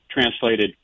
translated